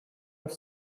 have